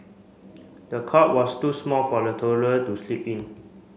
the cot was too small for the toddler to sleep in